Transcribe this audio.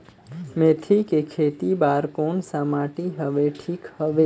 मेथी के खेती बार कोन सा माटी हवे ठीक हवे?